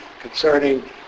concerning